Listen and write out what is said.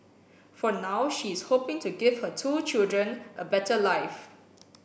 for now she is hoping to give her two children a better life